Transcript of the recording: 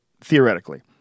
Theoretically